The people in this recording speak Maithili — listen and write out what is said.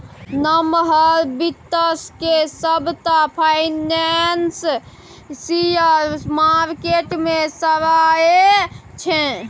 नमहर बित्त केँ सबटा फाइनेंशियल मार्केट मे सराहै छै